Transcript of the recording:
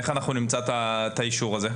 איך אנחנו נמצא את האישור הזה?